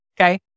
Okay